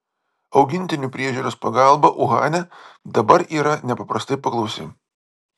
augintinių priežiūros pagalba uhane dabar yra nepaprastai paklausi